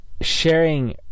sharing